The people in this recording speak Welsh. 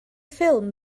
ffilm